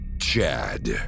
Chad